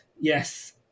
yes